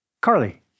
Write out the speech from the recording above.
Carly